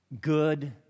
good